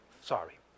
sorry